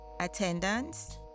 Attendance